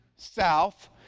south